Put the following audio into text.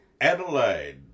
Adelaide